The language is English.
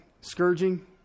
Scourging